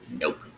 Nope